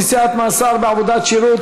נשיאת מאסר בעבודת שירות),